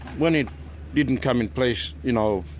when it didn't come in place you know